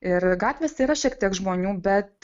ir gatvėse yra šiek tiek žmonių bet